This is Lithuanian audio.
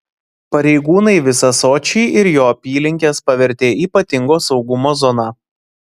pareigūnai visą sočį ir jo apylinkes pavertė ypatingo saugumo zona